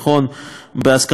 בהסכמה שבשתיקה